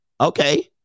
okay